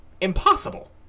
impossible